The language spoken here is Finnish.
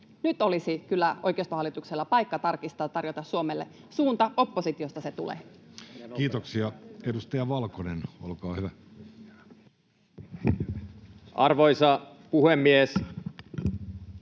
Nyt olisi kyllä oikeistohallituksella paikka tarkistaa ja tarjota Suomelle suunta. Oppositiosta se tulee. Kiitoksia. — Edustaja Valkonen, olkaa hyvä. Arvoisa puhemies!